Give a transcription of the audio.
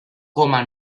coma